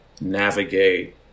navigate